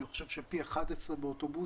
אני חושב שפי 11 באוטובוסים,